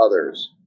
others